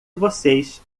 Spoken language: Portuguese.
vocês